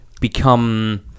become